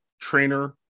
trainer